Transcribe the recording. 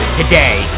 today